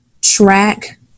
track